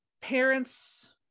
Parents